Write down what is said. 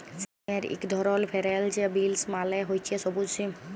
সিমের ইক ধরল ফেরেল্চ বিলস মালে হছে সব্যুজ সিম